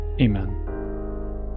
amen